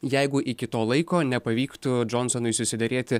jeigu iki to laiko nepavyktų džonsonui susiderėti